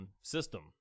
system